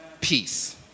Peace